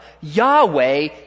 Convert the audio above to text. Yahweh